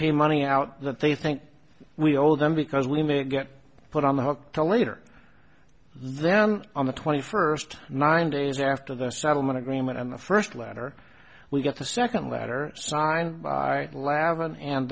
pay money out that they think we owe them because we may get put on the hook to later then on the twenty first nine days after the settlement agreement and the first letter we got a second letter signed by lavin and